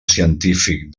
científic